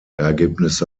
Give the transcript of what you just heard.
ergebnisse